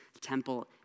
temple